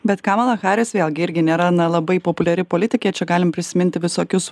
bet kamala haris vėlgi irgi nėra na labai populiari politikė čia galim prisiminti visokius